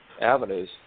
avenues